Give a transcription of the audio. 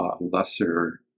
lesser